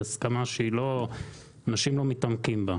היא הסכמה שאנשים לא מתעמקים בה,